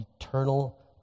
eternal